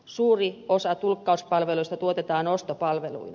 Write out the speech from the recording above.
suuri osa tulkkauspalveluista tuotetaan ostopalveluina